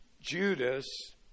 Judas